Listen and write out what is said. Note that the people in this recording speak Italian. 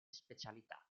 specialità